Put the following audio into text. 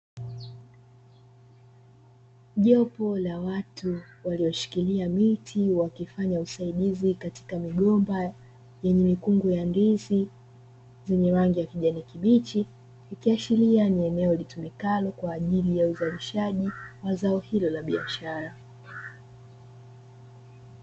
Jopo la watu walioshikilia miti wakifanya usaidizi katika migomba yenye mikungu ya ndizi zenye rangi ya kijani kibichi, ikiashiria ni eneo litumikalo kwa ajili ya uzalishaji wa zao hilo la biashara.